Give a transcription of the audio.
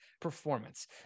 performance